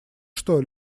что